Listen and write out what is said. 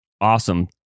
Awesome